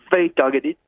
very targeted,